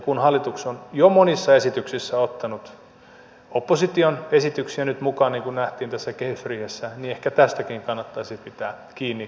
kun hallitus on jo monissa esityksissä ottanut opposition esityksiä nyt mukaan niin kuin nähtiin tässä kehysriihessä niin ehkä tästäkin kannattaisi pitää kiinni